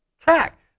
track